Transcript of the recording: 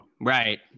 right